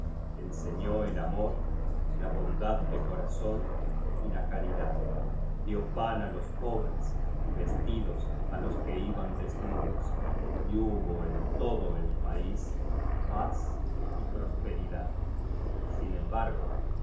enseñó el amor la bondad de corazón y la caridad dio pan á los pobres y vestidos á los que iban desnudos y hubo en todo el país paz y prosperidad sin embargo